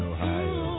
Ohio